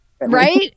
right